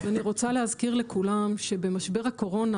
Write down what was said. אז אני רוצה להזכיר לכולם שבמשבר הקורונה,